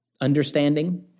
Understanding